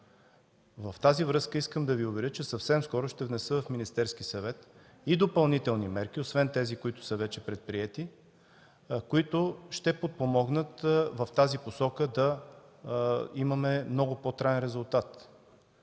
В тази връзка искам да Ви уверя, че съвсем скоро ще внеса в Министерския съвет и допълнителни мерки, освен вече предприетите, които ще помогнат в тази посока да имаме много по-траен резултат.